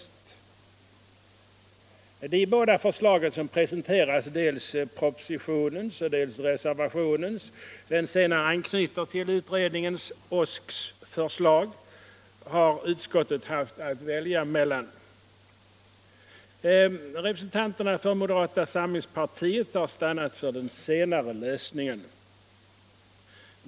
Utskottet har haft att välja mellan de båda förslag som presenterats: dels propositionens, dels reservationens — det senare anknyter till OSK:s förslag. Representanterna för moderata samlingspartiet har stannat för den senare lösningen.